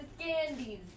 candies